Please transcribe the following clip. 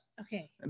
Okay